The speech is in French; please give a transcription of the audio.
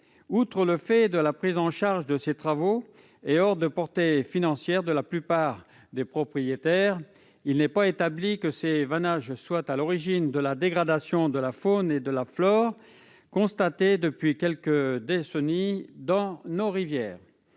Outre le fait que la prise en charge de ces travaux est hors de portée financière pour la plupart des propriétaires, il n'est pas établi que ces vannages soient à l'origine de la dégradation de la faune et de la flore constatée depuis quelques décennies dans nos rivières.